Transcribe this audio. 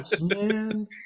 man